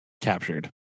captured